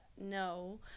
no